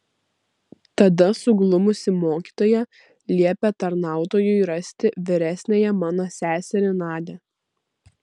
tada suglumusi mokytoja liepė tarnautojui rasti vyresniąją mano seserį nadią